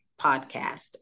Podcast